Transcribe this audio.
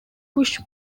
push